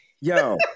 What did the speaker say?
Yo